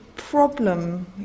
problem